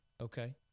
Okay